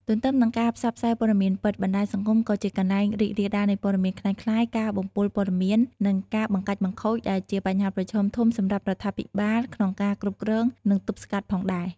ទន្ទឹមនឹងការផ្សព្វផ្សាយព័ត៌មានពិត បណ្ដាញសង្គមក៏ជាកន្លែងរីករាលដាលនៃព័ត៌មានក្លែងក្លាយ ការបំពុលព័ត៌មាន និងការបង្កាច់បង្ខូច ដែលជាបញ្ហាប្រឈមធំសម្រាប់រដ្ឋាភិបាលក្នុងការគ្រប់គ្រង និងទប់ស្កាត់ផងដែរ។